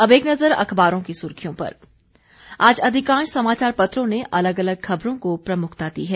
अब एक नजर अखबारों की सुर्खियों पर आज अधिकांश समाचार पत्रों ने अलग अलग खबरों को प्रमुखता दी है